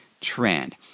trend